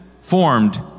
formed